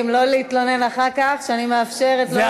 משפט לפנתיאון.